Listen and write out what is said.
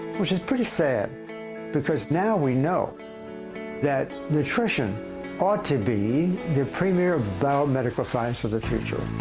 which is pretty sad because now we know that nutrition ought to be the premier about medical science of the future.